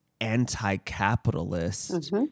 anti-capitalist